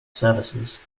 services